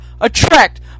Attract